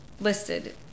listed